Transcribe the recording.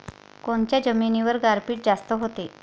कोनच्या जमिनीवर गारपीट जास्त व्हते?